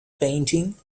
painting